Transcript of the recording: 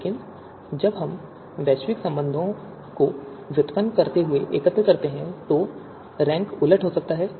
लेकिन जब हम वैश्विक संबंधों को व्युत्पन्न करते हुए एकत्र करते हैं तो रैंक उलट हो सकता है